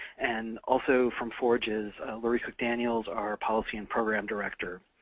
and also from forge is loree cook-daniels, our policy and program director.